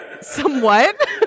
somewhat